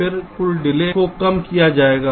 फिर कुल डिले को कम किया जाएगा